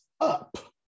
up